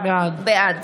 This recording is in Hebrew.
בעד